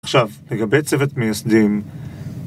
עכשיו, לגבי צוות מייסדים